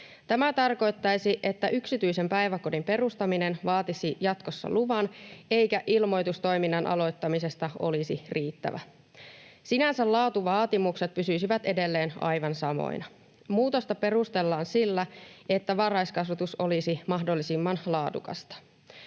Tämä tarkoittaisi, että yksityisen päiväkodin perustaminen vaatisi jatkossa luvan eikä ilmoitus toiminnan aloittamisesta olisi riittävä. Sinänsä laatuvaatimukset pysyisivät edelleen aivan samoina. Muutosta perustellaan sillä, että varhaiskasvatus olisi mahdollisimman laadukasta.